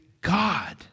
God